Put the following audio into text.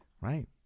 Right